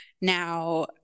now